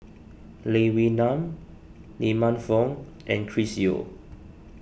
Lee Wee Nam Lee Man Fong and Chris Yeo